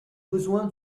besoin